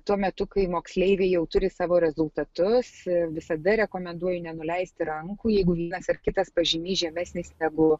tuo metu kai moksleiviai jau turi savo rezultatus visada rekomenduoju nenuleisti rankų jeigu vienas ir kitas pažymys žemesnis negu